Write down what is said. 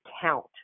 count